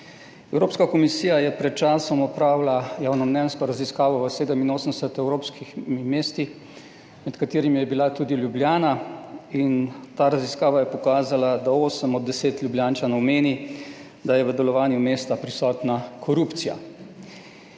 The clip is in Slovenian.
Evropska komisija je pred časom opravila javnomnenjsko raziskavo v 87 evropskih mestih, med katerimi je bila tudi Ljubljana. In ta raziskava je pokazala, da osem od deset Ljubljančanov meni, da je v delovanju mesta prisotna korupcija.